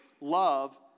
love